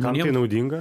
kam tai naudinga